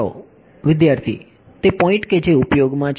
વિદ્યાર્થી તે પોઈન્ટ કે જે ઉપયોગમાં છે